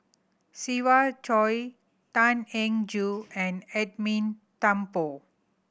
Siva Choy Tan Eng Joo and Edwin Thumboo